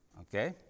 Okay